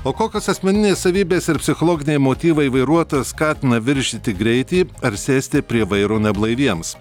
o kokios asmeninės savybės ir psichologiniai motyvai vairuotojus skatina viršyti greitį ar sėsti prie vairo neblaiviems